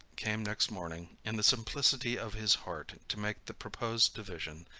came next morning in the simplicity of his heart to make the proposed division,